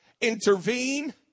intervene